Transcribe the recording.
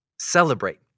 celebrate